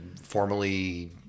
formally